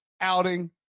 outing